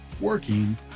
working